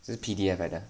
是 P_D_F 来的